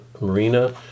Marina